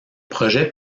projet